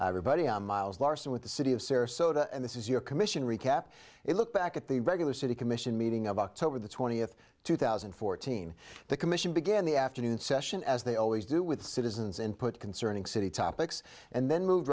everybody i'm miles larsen with the city of sarasota and this is your commission recap a look back at the regular city commission meeting of october the twentieth two thousand and fourteen the commission began the afternoon session as they always do with citizens input concerning city topics and then moved